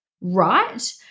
right